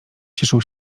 cieszył